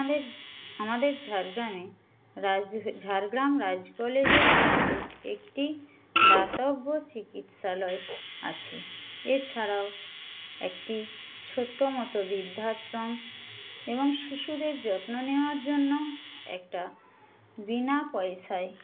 আমাদের আমাদের ঝাড়গ্রামে ঝাড়গ্রাম রাজ কলেজের কাছে একটি দাতব্য চিকিৎসালয় আছে এছাড়াও একটি ছোট্ট মতো বৃদ্ধাশ্রম এবং শিশুদের যত্ন নেওয়ার জন্য একটা বিনা পয়সায়